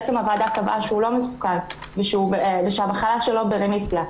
הוועדה קבעה שהוא לא מסוכן ושהמחלה שלו ברמיסיה.